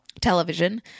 television